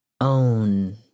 own